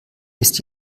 ist